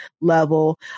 level